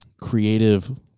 creative